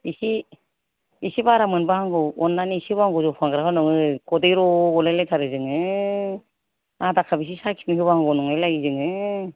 एसे बारा मोनबा हामगौ अननानै एसे होबा हामगौ जौ फानग्राफ्रा नङो खदै र' गलायलायथारो जोङो आधा काप सो साखिनो होबा हामगौ नंलायलायो जोङो